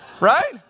right